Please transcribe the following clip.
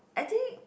I think